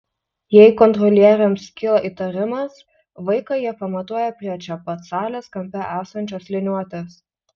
jei kontrolieriams kyla įtarimas vaiką jie pamatuoja prie čia pat salės kampe esančios liniuotės